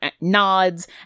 nods